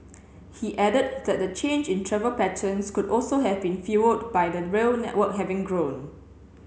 he added that the change in travel patterns could also have been fuelled by the rail network having grown